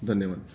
धन्यवाद